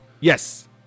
Yes